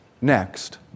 Next